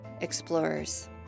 explorers